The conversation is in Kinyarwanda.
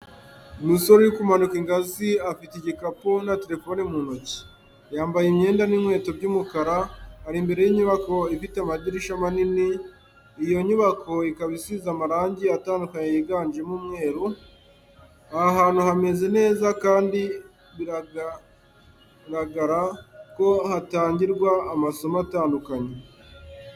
Umusore uri kumanuka ingazi afite igikapu na telefoni mu ntoki. Yambaye imyenda n'inkweto by’umukara, ari imbere y’inyubako ifite amadirishya manini, iyo nyubako ikaba isize amarangi atandukanye yiganjemo umweru. Aha hantu hameze neza kandi biragaragara ko hatangirwa amasomo atandukanye.